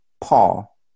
Paul